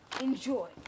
enjoy